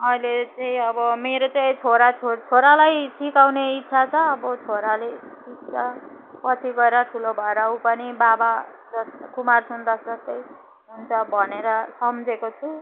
अहिले चाहिँ अब मेरो चाहिँ छोरा छोरा छोरालाई सिकाउने इच्छा छ अब छोराले सिक्छ पछि गएर ठुलो भएर ऊ पनि बाबा जस कुमार सुन्दास जस्तै हुन्छ बनेर सम्झेको छु